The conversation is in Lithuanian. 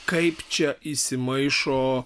kaip čia įsimaišo